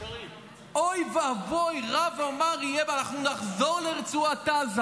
אוי ואבוי, רע ומר יהיה, ואנחנו נחזור לרצועת עזה.